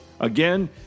Again